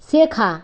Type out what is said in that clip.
শেখা